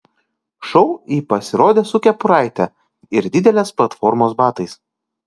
šou ji pasirodė su kepuraite ir didelės platformos batais